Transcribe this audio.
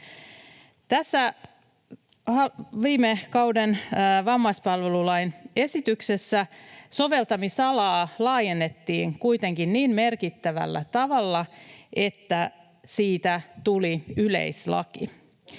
Viime kaudella vammaispalvelulain esityksessä soveltamisalaa laajennettiin kuitenkin niin merkittävällä tavalla, että siitä tuli yleislaki.